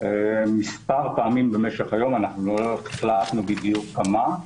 מספר פעמים במשך היום, לא החלטנו בדיוק כמה,